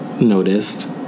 noticed